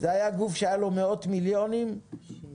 זה היה גוף שהיה לו מאות מיליונים ועכשיו,